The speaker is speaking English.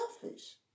selfish